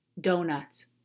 donuts